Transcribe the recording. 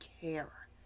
care